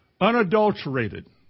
unadulterated